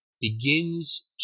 begins